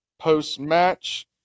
Post-match